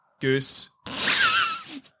Goose